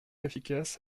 efficace